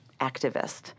activist